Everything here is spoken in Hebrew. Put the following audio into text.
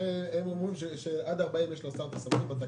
הרי הם אומרים שעד 40 קילומטר יש לשר סמכות בתקנות.